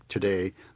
today